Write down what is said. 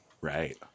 right